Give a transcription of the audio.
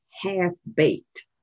half-baked